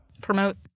promote